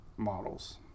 models